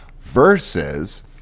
versus